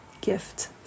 gift